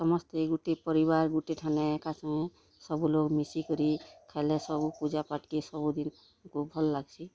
ସମସ୍ତେ ଗୁଟେ ପରିବାର୍ ଗୁଟେ ଠାନେ ଏକା ସାଙ୍ଗେ ସବୁ ଲୋକ୍ ମିଶିକରି ଖାଏଲେ ସବୁ ପୂଜାପାଠ୍ କେ ସବୁଦିନ୍ ଖୁବ୍ ଭଲ୍ ଲାଗସି